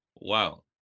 Wow